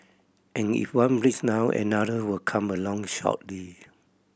and if one breaks down another will come along shortly